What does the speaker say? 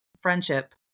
friendship